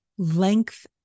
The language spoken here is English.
length